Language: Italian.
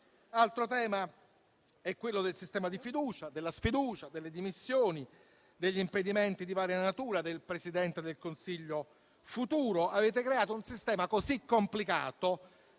Altro tema è quello del sistema di fiducia, della sfiducia, delle dimissioni, degli impedimenti di varia natura del futuro Presidente del Consiglio. Avete creato un sistema così complicato